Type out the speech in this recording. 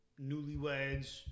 newlyweds